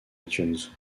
itunes